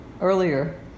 earlier